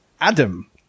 Adam